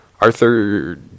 Arthur